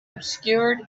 obscured